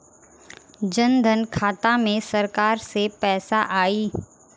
जनधन खाता मे सरकार से पैसा आई?